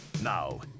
Now